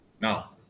now